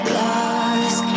lost